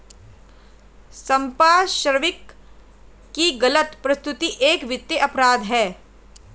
संपार्श्विक की गलत प्रस्तुति एक वित्तीय अपराध है